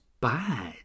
bad